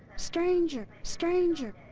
stranger! stranger!